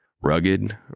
Rugged